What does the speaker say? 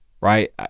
right